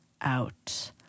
out